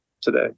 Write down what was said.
today